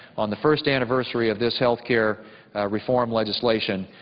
on the first anniversary of this health care reform legislation,